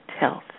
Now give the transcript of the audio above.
health